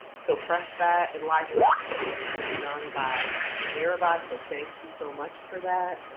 so press that. and live captioning is being done by mirabai. so thank you so much for that.